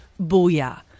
Booyah